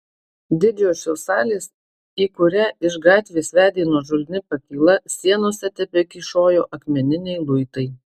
didžiosios salės į kurią iš gatvės vedė nuožulni pakyla sienose tebekyšojo akmeniniai luitai